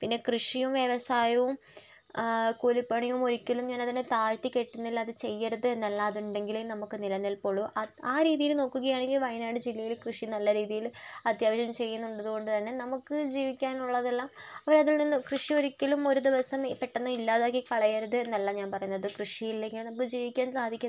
പിന്നെ കൃഷിയും വ്യവസായവും കൂലിപ്പണിയും ഒരിക്കലും ഞാനതിനെ താഴ്ത്തികെട്ടുന്നില്ല അത് ചെയ്യരുതെന്നല്ല അതുണ്ടെങ്കിലേ നമുക്ക് നിലനിൽപ്പുള്ളൂ അത് ആ രീതിയില് നോക്കുകയാണെങ്കിൽ വയനാട് ജില്ലയിൽ കൃഷി നല്ല രീതിയില് അത്യാവശ്യം ചെയ്യുന്നുണ്ട് അതുകൊണ്ട് തന്നെ നമുക്ക് ജീവിക്കാനുള്ളതെല്ലാം അവരതിൽനിന്നും കൃഷി ഒരിക്കലും ഒരു ദിവസം ഈ പെട്ടെന്ന് ഇല്ലാതാക്കിക്കളയണമെന്നല്ല ഞാൻ പറയുന്നത് കൃഷിയില്ലെങ്കിൽ നമുക്ക് ജീവിക്കാൻ സാധിക്കില്ല